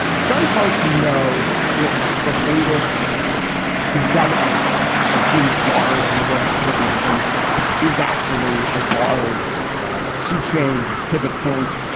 very hard to know if the latest development that seems large in the world of journalism is actually a large sea change or pivot point.